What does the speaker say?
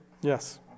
Yes